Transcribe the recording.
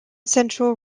central